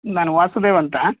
ನಾನು ವಾಸುದೇವ್ ಅಂತ